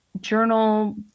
journal